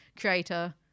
creator